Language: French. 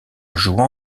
jouant